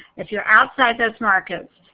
if you're outside those markets,